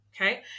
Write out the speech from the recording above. Okay